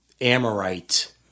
Amorite